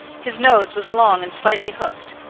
his nose was long and slightly hooked,